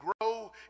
grow